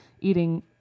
eating